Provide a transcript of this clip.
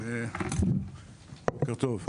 בוקר טוב.